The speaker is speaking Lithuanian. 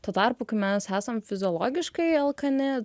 tuo tarpu kai mes esam fiziologiškai alkani